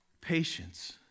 patience